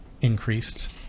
increased